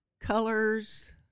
colors